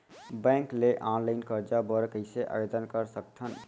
Bank ले online करजा बर कइसे आवेदन कर सकथन?